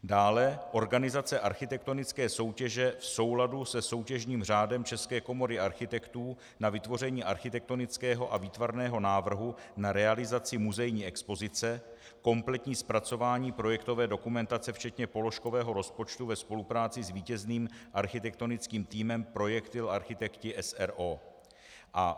Dále organizace architektonické soutěže v souladu se soutěžním řádem České komory architektů na vytvoření architektonického a výtvarného návrhu na realizaci muzejní expozice, kompletní zpracování projektové dokumentace včetně položkového rozpočtu ve spolupráci s vítězným architektonickým týmem Projektil architekti s.r.o.